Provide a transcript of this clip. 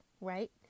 right